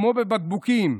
כמו בבקבוקים.